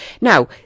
Now